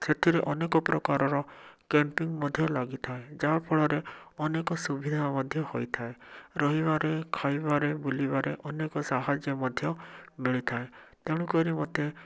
ସେଥିରେ ଅନେକ ପ୍ରକାରର କ୍ୟାମ୍ପେନ୍ ମଧ୍ୟ ଲାଗିଥାଏ ଯାହାଫଳରେ ଅନେକ ସୁବିଧା ମଧ୍ୟ ହୋଇଥାଏ ରହିବାରେ ଖାଇବାରେ ବୁଲିବାରେ ଅନେକ ସାହାଯ୍ୟ ମଧ୍ୟ ମିଳିଥାଏ ତେଣୁକରି ମୋତେ